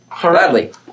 Gladly